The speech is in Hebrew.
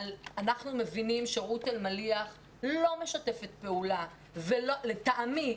אנחנו מבינים שרות אלמליח לא משתפת פעולה ולטעמי